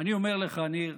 אני אומר לך, ניר: